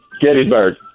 Gettysburg